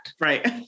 right